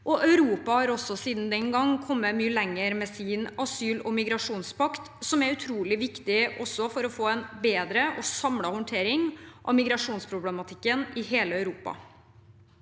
Europa har siden den gang kommet mye lenger med sin asyl- og migrasjonspakt, som er utrolig viktig for å få en bedre og samlet håndtering av migrasjonsproblematikken i hele Europa.